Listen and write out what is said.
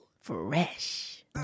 Fresh